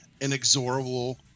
inexorable